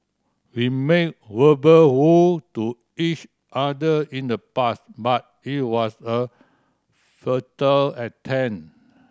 we made verbal vow to each other in the past but it was a futile attempt